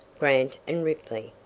grant and ripley,